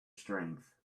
strength